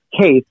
case